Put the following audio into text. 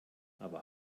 aber